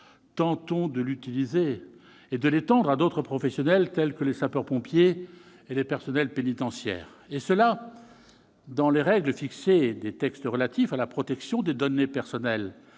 tentons de l'utiliser et de l'étendre à d'autres professionnels, tels que les sapeurs-pompiers et les personnels pénitentiaires, et ce dans les règles fixées par les textes relatifs à la protection des données personnelles